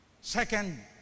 Second